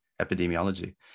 epidemiology